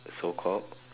so called